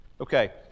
Okay